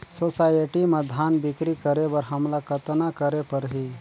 Society म धान बिक्री करे बर हमला कतना करे परही?